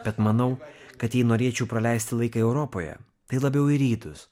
bet manau kad jei norėčiau praleisti laiką europoje tai labiau į rytus